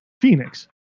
Phoenix